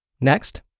Next